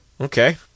Okay